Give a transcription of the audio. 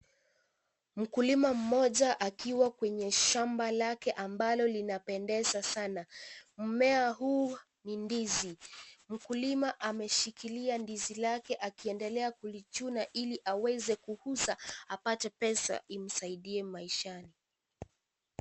Mkulima mmoja akiwa kwenye shamba lake ambalo linapendeza sana. Mmea huu ni ndizi. Mkulima ameshikilia ndizi lake akiendelea kuchuna Ili aweze kuuza pate pesa imsaidie maishani.